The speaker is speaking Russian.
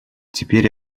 теперь